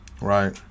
Right